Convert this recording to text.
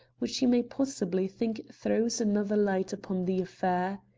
which you may possibly think throws another light upon the affair.